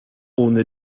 ohne